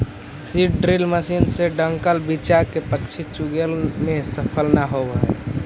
seed drill machine से ढँकल बीचा के पक्षी चुगे में सफल न होवऽ हई